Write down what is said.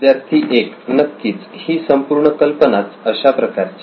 विद्यार्थी 1 नक्कीच ही संपुर्ण कल्पनाच अशा प्रकारची